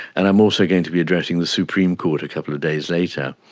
and i'm also going to be addressing the supreme court a couple of days later,